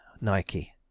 Nike